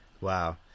Wow